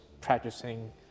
practicing